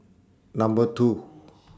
Number two